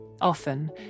Often